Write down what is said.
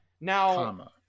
Now